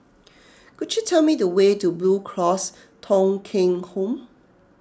could you tell me the way to Blue Cross Thong Kheng Home